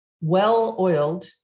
well-oiled